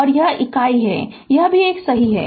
और यह इकाई है यह भी 1 सही है